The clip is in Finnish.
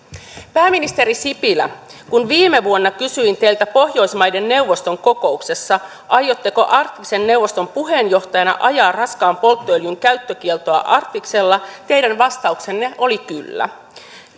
pääministeri sipilä kun viime vuonna kysyin teiltä pohjoismaiden neuvoston kokouksessa aiotteko arktisen neuvoston puheenjohtajana ajaa raskaan polttoöljyn käyttökieltoa arktiksella teidän vastauksenne oli kyllä